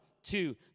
Two